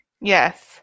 Yes